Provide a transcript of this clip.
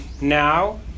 Now